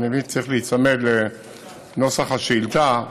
ואני מבין שצריך להיצמד לנוסח השאילתה.